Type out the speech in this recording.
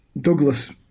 Douglas